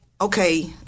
okay